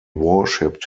worshiped